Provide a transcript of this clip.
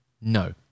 No